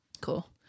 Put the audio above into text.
Cool